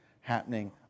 happening